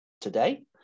today